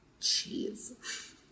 cheese